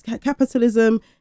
capitalism